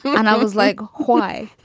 and i was like, why?